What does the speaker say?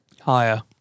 Higher